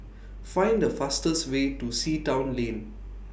Find The fastest Way to Sea Town Lane